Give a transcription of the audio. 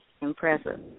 Impressive